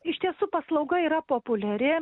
iš tiesų paslauga yra populiari